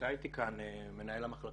נמצא איתי כאן מנהל המחלקה